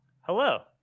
Hello